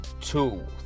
two